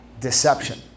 deception